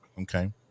Okay